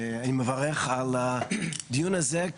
אני מברך על הדיון הזה,